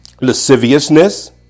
lasciviousness